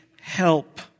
help